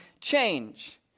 change